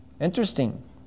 Interesting